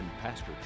Pastor